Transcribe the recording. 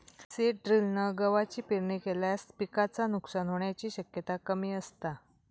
seed ड्रिलना गवाची पेरणी केल्यास पिकाचा नुकसान होण्याची शक्यता कमी असता